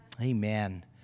Amen